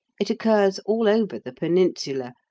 it occurs all over the peninsula,